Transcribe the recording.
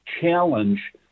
challenge